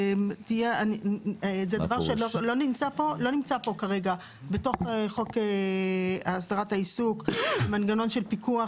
לא נמצא פה כרגע בתוך הסדרת העיסוק מנגנון של פיקוח